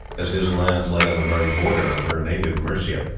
as his lands lay on the very border of her native mercia,